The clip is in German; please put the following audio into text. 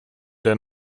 der